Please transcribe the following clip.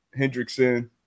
Hendrickson